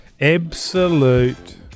Absolute